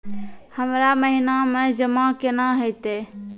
हमरा महिना मे जमा केना हेतै?